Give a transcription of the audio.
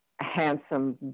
handsome